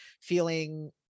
feeling